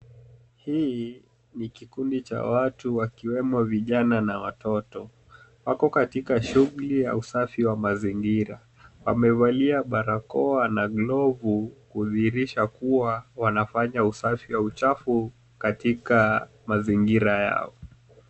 Hii ni kikundi cha watu wakiwemo vijana na watoto, wako katika shughuli ya usafi wa mazingira. Wamevalia barakoa na glovu kudhihirisha kua wanafanya usafi ya uchafu katika mazingira yao.